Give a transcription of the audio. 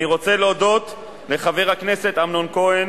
אני רוצה להודות לחבר הכנסת אמנון כהן